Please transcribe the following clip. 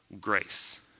grace